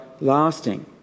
lasting